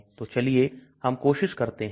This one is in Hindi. तो चलिए हम कोशिश करते हैं